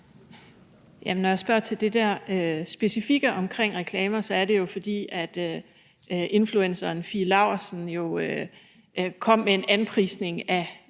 når jeg spørger til det der specifikke omkring reklamer, er det jo, fordi influenceren Fie Laursen kom med en anprisning af